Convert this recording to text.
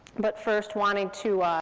but first wanted to,